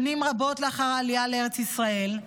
שנים רבות לאחר העלייה לארץ ישראל,